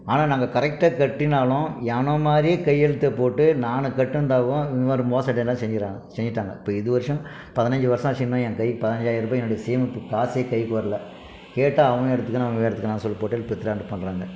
ஆனால் நாங்கள் கரெக்டாக கட்டினாலும் எவனோ மாரியே கையெழுத்துப்போட்டு நாங்க கட்டினதாவும் இந்தமாரி மோசடியெல்லாம் செஞ்சிடறாங்க செஞ்சுட்டாங்க இப்போ இது வருஷம் பதினஞ்சு வருஷமாச்சு இன்னும் என் கை பதினஞாயிரர்ரூவா என்னுடைய சேமிப்பு காசே கைக்கு வரலை கேட்டால் அவங்க எடுத்துக்கினாங்க இவங்க எடுத்துக்கினாங்க சொல்லிவிட்டு பித்தலாட்டம் பண்ணுறாங்க